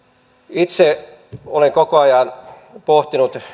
itse olen koko ajan pohtinut